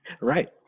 Right